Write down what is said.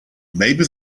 maybe